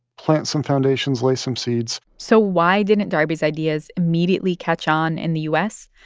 plant some foundations, lay some seeds so why didn't darby's ideas immediately catch on in the u s?